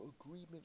agreement